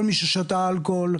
כל מי ששתה אלכוהול,